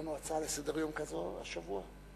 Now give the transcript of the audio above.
אין הצעה לסדר-היום כזו השבוע?